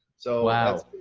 so. wow!